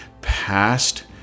Past